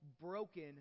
broken